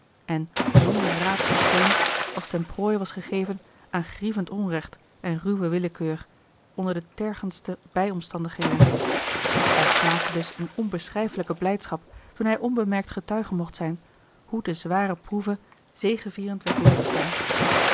en zonder raad of steun als ten prooi was gegeven aan grievend onrecht en ruwe willekeur onder de tergendste bijomstandigheden hij smaakte dus eene onbeschrijfelijke blijdschap toen hij onbemerkt getuige mocht zijn hoe de zware proeve zegevierend werd doorgestaan